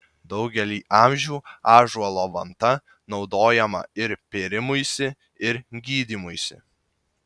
daugelį amžių ąžuolo vanta naudojama ir pėrimuisi ir gydymuisi